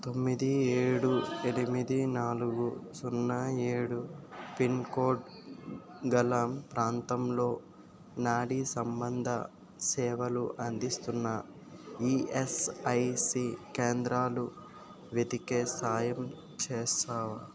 తొమ్మిది ఏడు ఎనిమిది నాలుగు సున్నా ఏడు పిన్కోడ్ గల ప్రాంతంలో నాడీసంబంధ సేవలు అందిస్తున్న ఈయస్ఐసి కేంద్రాలు వెతికే సాయం చేస్తావా